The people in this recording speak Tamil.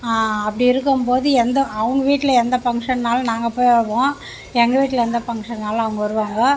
அப்படி இருக்கும் போது எந்த அவங்க வீட்டில் எந்த ஃபங்க்ஷனெனாலும் நாங்கள் போவோம் எங்கள் வீட்டில் எந்த ஃபங்க்ஷன்னாலும் அவங்க வருவாங்க